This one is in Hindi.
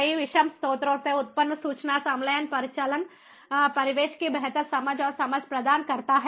कई विषम स्रोतों से उत्पन्न सूचना संलयन परिचालन परिवेश की बेहतर समझ और समझ प्रदान करता है